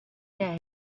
day